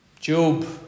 Job